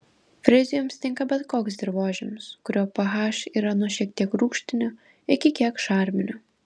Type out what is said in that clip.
frezijoms tinka bet koks dirvožemis kurio ph yra nuo šiek tiek rūgštinio iki kiek šarminio